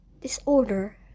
disorder